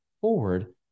forward